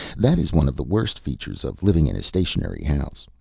that is one of the worst features of living in a stationary house.